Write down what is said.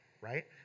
right